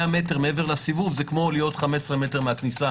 מ' מעבר לסיבוב זה כמו להיות 15 מ' מהכניסה,